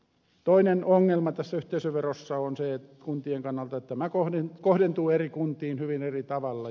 toinen ongelma tässä yhteisöverossa on kuntien kannalta että tämä kohdentuu eri kuntiin hyvin eri tavalla